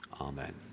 Amen